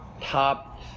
top